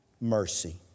mercy